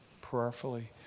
prayerfully